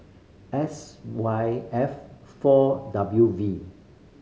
S Y F four W V